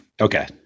okay